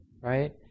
right